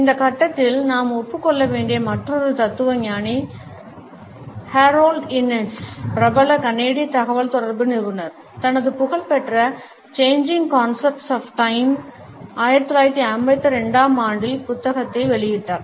இந்த கட்டத்தில் நாம் ஒப்புக் கொள்ள வேண்டிய மற்றொரு தத்துவஞானி ஹரோல்ட் இன்னிஸ் Harold Innis பிரபல கனேடிய தகவல்தொடர்பு நிபுணர்தனது புகழ்பெற்ற Changing Concepts of Time 1952 ஆம் ஆண்டில் புத்தகத்தைவெளியிட்டார்